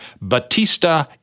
Batista